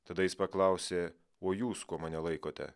tada jis paklausė o jūs kuo mane laikote